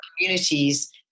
communities